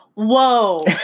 Whoa